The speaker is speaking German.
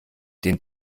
den